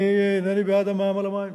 אני אינני בעד המע"מ על המים.